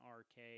rk